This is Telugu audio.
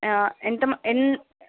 ఎంతమ ఎన్